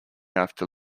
after